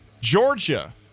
Georgia